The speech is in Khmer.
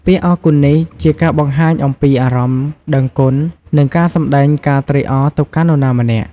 ពាក្យអរគុណនេះជាការបង្ហាញអំពីអារម្មណ៍ដឹងគុណ និងការសម្ដែងការត្រេកអរទៅកាន់នរណាម្នាក់។